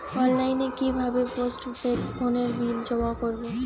অনলাইনে কি ভাবে পোস্টপেড ফোনের বিল জমা করব?